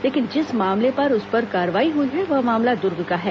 लेकिन जिस मामले में उस पर कार्रवाई हुई है वह मामला दुर्ग का है